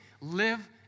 live